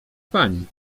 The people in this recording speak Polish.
pani